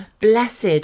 Blessed